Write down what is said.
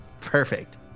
perfect